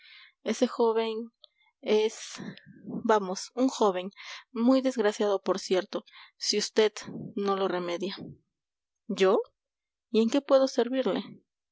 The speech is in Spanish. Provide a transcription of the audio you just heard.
ese joven es vamos un joven muy desgraciado por cierto si vd no lo remedia yo y en qué puedo servirle